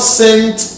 sent